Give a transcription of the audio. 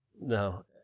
No